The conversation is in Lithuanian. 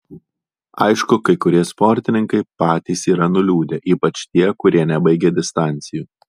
aišku kai kurie sportininkai patys yra nuliūdę ypač tie kurie nebaigė distancijų